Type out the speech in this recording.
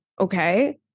Okay